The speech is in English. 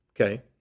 okay